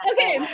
Okay